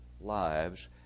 lives